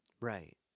Right